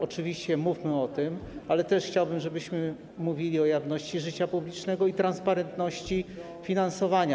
Oczywiście mówmy o tym, ale też chciałbym, żebyśmy mówili o jawności życia publicznego i transparentności finansowania.